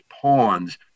pawns